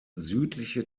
südliche